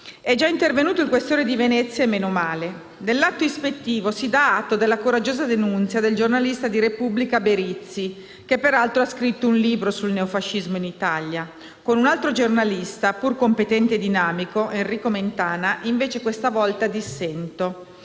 È già intervenuto il questore di Venezia e meno male. Nell'atto ispettivo si dà atto della coraggiosa denunzia del giornalista del quotidiano «la Repubblica» Berizzi, che peraltro ha scritto un libro sul neofascismo in Italia. Con un altro giornalista, pur compente e dinamico, Enrico Mentana, invece questa volta dissento.